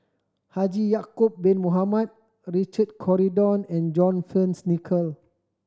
Haji Ya'acob Bin Mohamed Richard Corridon and John Fearns Nicoll